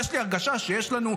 יש לך